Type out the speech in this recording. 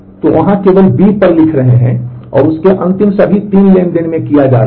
तो वहाँ केवल B पर लिख रहे हैं और उस के अंतिम सभी 3 ट्रांज़ैक्शन में किया जा रहा है